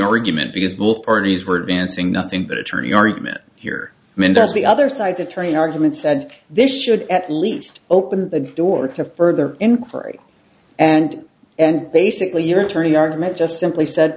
argument because both parties were advancing nothing but attorney argument here meant as the other side the train argument said this should at least open the door to further inquiry and and basically your attorney argument just simply said